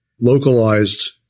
localized